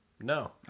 No